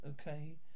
Okay